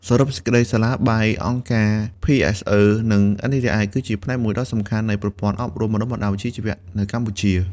សរុបសេចក្តី សាលាបាយ អង្គការភីអេសអឺ និង NTTI គឺជាផ្នែកមួយដ៏សំខាន់នៃប្រព័ន្ធអប់រំបណ្តុះបណ្តាលវិជ្ជាជីវៈនៅកម្ពុជា។